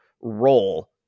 role